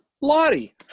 Lottie